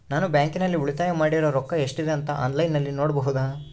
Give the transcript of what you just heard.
ನಾನು ಬ್ಯಾಂಕಿನಲ್ಲಿ ಉಳಿತಾಯ ಮಾಡಿರೋ ರೊಕ್ಕ ಎಷ್ಟಿದೆ ಅಂತಾ ಆನ್ಲೈನಿನಲ್ಲಿ ನೋಡಬಹುದಾ?